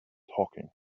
talking